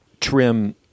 trim